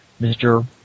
Mr